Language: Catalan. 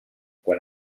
quan